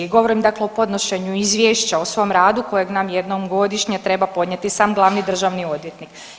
Govorim, dakle o podnošenju Izvješća o svom radu kojeg nam jednom godišnje treba podnijeti sam glavni državni odvjetnik.